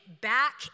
back